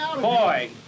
Boy